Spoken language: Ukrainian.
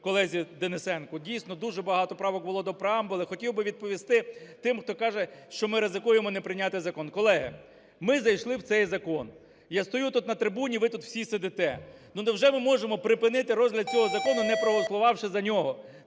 колезі Денисенку. Дійсно, дуже багато правок було до преамбули. Хотів би відповісти тим, хто каже, що ми ризикуємо не прийняти закон. Колеги, ми зайшли в цей закон. Я стою тут, на трибуні, ви тут всі сидите. Ну невже ми можемо припинити розгляд цього закону, не проголосувавши за нього?!